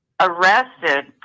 arrested